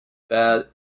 bed